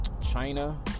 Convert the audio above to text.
China